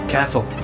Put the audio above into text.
Careful